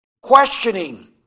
questioning